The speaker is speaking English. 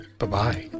Bye-bye